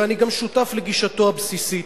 ואני גם שותף לגישתו הבסיסית,